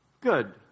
Good